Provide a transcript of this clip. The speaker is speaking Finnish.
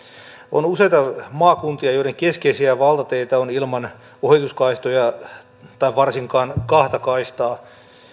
on useita maakuntia joiden keskeisiä valtateitä on ilman ohituskaistoja tai varsinkaan kahta kaistaa